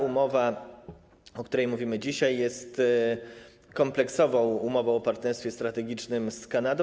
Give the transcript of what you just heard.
Umowa, o której mówimy dzisiaj, jest kompleksową umową o partnerstwie strategicznym z Kanadą.